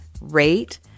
rate